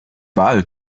wahl